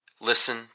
Listen